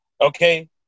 Okay